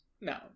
No